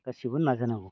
गासैबो नाजानांगौ